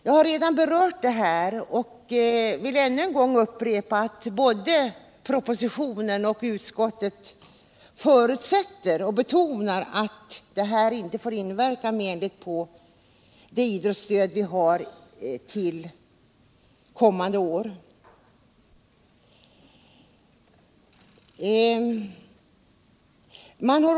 Jag har redan berört detta och vill upprepa att det både i propositionen och i utskottsbetänkandet betonas att detta inte får inverka menligt på idrottsstödet kommande år.